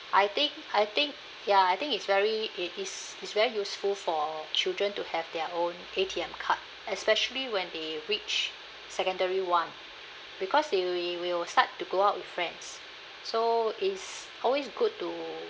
I think I think ya I think it's very it is it's very useful for children to have their own A_T_M card especially when they reach secondary one because they will will start to go out with friends so it's always good to